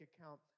account